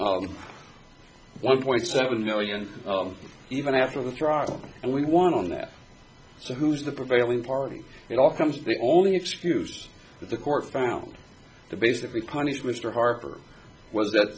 on one point seven million of them even after the trial and we won on that so who's the prevailing party it all comes to the only excuse that the court found to basically panis mr harper was that